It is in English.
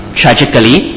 tragically